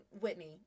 Whitney